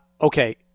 Okay